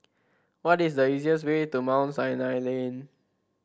what is the easiest way to Mount Sinai Lane